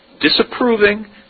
disapproving